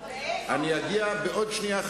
אגיע בעוד שנייה,